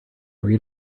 read